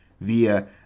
via